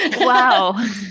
Wow